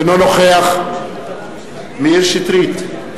אינו נוכח מאיר שטרית,